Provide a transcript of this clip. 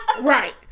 Right